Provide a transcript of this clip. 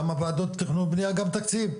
גם הוועדות לתכנון ובנייה וגם תקציב.